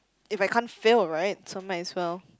if I can't fail right so might as well